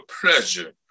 pleasure